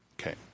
Okay